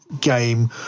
game